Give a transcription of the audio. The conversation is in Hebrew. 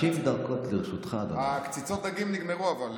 50 דקות לרשותך, אדוני.